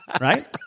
Right